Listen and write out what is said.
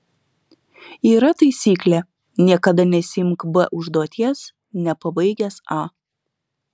yra taisyklė niekada nesiimk b užduoties nepabaigęs a